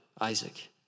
Isaac